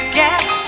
get